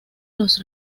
los